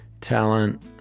talent